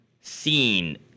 Seen